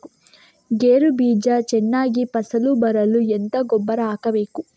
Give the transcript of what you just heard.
ಗೇರು ಬೀಜ ಚೆನ್ನಾಗಿ ಫಸಲು ಬರಲು ಎಂತ ಗೊಬ್ಬರ ಹಾಕಬೇಕು?